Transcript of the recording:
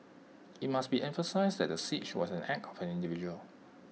IT must be emphasised that the siege was an act of an individual